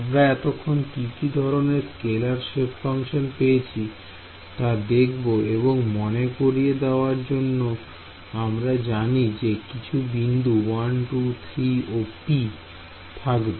আমরা এতক্ষণ কি কি ধরনের স্কেলার সেপ ফাংশন পেয়েছি তা দেখব এবং মনে করিয়ে দেওয়ার জন্য আমরা জানি যে কিছু বিন্দু 1 2 3 ও P থাকবে